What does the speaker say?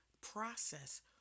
process